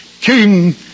King